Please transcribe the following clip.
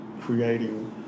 creating